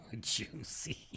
Juicy